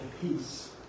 peace